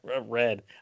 red